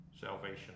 salvation